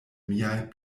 miaj